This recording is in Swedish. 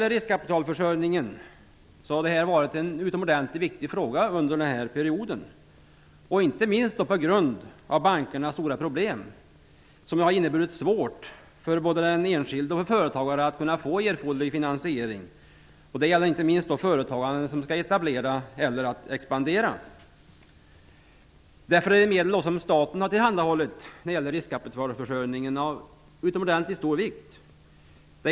Riskkapitalförsörjningen har varit en utomordentligt viktig fråga under denna period, inte minst på grund av bankernas stora problem som har inneburit svårigheter för både den enskilde och för företagare att kunna få erforderlig finansiering. Det gäller inte minst företagare som skall etablera sig eller expandera. Därför är de medel som staten har tillhandahållit när det gäller riskkapitalförsörjningen av utomordentligt stor vikt.